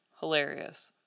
Hilarious